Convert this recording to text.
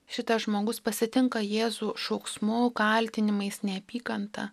šitas žmogus pasitinka jėzų šauksmu kaltinimais neapykanta